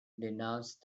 denounced